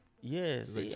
Yes